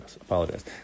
apologize